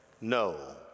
no